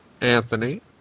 Anthony